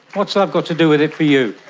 what's love got to do with it for you?